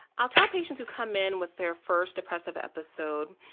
ah top patients who come in with their first depressive episode,